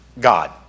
God